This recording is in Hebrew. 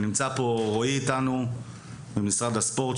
נמצא אתנו רועי ממשרד הספורט,